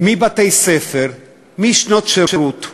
בתי-ספר, שנות שירות,